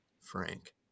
Frank